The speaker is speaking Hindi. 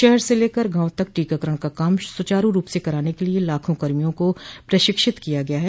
शहर से लेकर गांव तक टीकाकरण का काम सुचारु रूप से कराने के लिए लाखों कर्मियों को प्रशिक्षित किया गया है